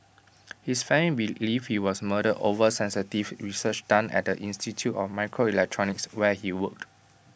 his family believe he was murdered over sensitive research done at the institute of microelectronics where he worked